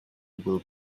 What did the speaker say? will